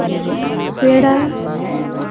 ᱯᱮᱲᱟ